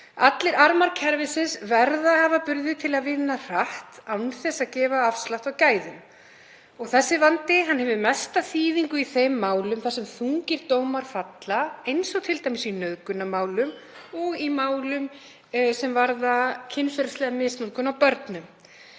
Allir armar kerfisins verða að hafa burði til að vinna hratt án þess að gefa afslátt af gæðum. Þessi vandi hefur mesta þýðingu í þeim málum þar sem þungir dómar falla, eins og t.d. í nauðgunarmálum og í málum sem varða kynferðislega misnotkun á börnum.